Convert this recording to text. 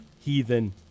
heathen